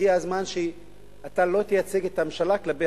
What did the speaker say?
הגיע הזמן שאתה לא תייצג את הממשלה כלפי